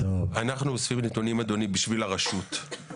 ההשגה הראשונה